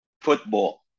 football